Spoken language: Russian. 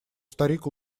старик